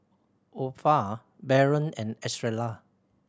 Opha Baron and Estrella